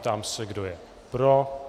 Ptám se, kdo je pro.